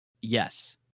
Yes